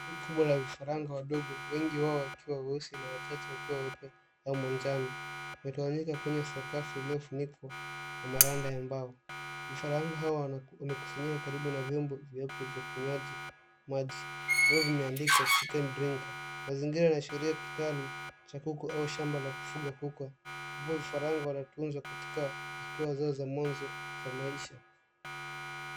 Kundi kubwa la vifaranga wadogo, wengi wao wakiwa weusi na wachache wakiwa weupe au manjano. Wametawanyika kwenye sakafu iliyofunikwa na maranda ya mbao. Vifaranga hawa wamekusanyika karibu na vyombo vyeupe vya ukunywaji maji, ambavyo vimeandikwa chicken drink . Mazingira inaashiria kitalu cha kuku au shamba la kufuga kuku, ambapo vifaranga wanatunzwa katika hatua zao za mwanzo wa maisha.